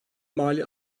mali